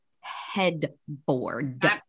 headboard